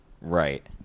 Right